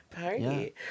Party